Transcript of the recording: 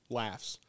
laughs